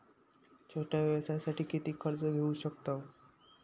छोट्या व्यवसायासाठी किती कर्ज घेऊ शकतव?